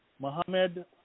Mohammed